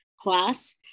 class